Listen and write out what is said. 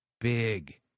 Big